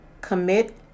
commit